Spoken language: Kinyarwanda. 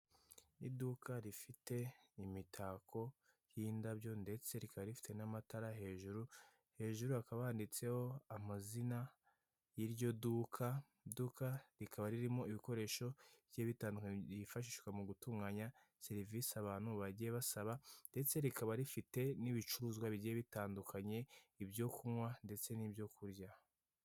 Iduka rifite imitako y'indabyo ndetse rikaba rifite n'amatara hejuru, hejuru hakaba handitseho amazina y'iryo duka. Iduka rikaba ririmo ibikoresho bigiye bitandukanye byifashishwa mu gutunganya serivise abantu bagiye basaba, ndetse rikaba rifite n'ibicuruzwa bigiye bitandukanye, ibyo kunywa ndetse n'ibyo kurya.